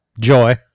joy